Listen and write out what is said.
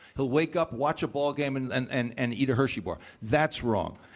he'll wake up, watch a ballgame, and and and and eat a hershey bar. that's wrong.